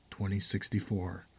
2064